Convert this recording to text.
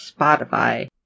Spotify